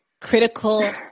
critical